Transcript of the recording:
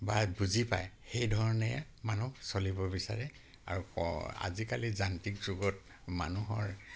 বা বুজি পায় সেইধৰণে মানুহ চলিব বিচাৰে আৰু আজিকালি যান্ত্ৰিক যুগত মানুহৰ